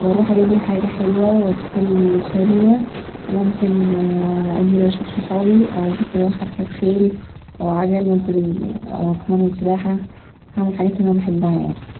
واروح اجيبلي حاجه حلوه وادخل سنيما وممكن انزل اشوف صحابي او ممكن اروح اركب خيل او اجل او اروح اتمرن سباحة هعمل حاجات انا بحبها يعني